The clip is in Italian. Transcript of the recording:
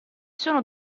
sono